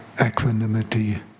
equanimity